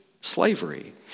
slavery